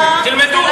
תלמדו.